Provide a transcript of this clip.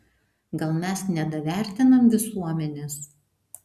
gal mes nedavertinam visuomenės